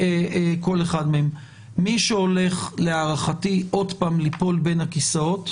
להערכתי מי שהולך עוד פעם ליפול בין הכיסאות,